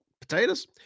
potatoes